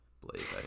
Blaze